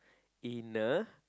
inner